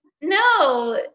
No